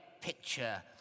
picture